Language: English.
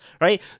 right